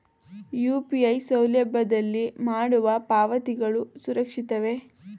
UPI ಸೌಲಭ್ಯದಲ್ಲಿ ಮಾಡುವ ಪಾವತಿಗಳು ಸುರಕ್ಷಿತವೇ?